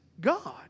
God